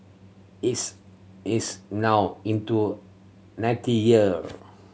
it's it's now into ninety year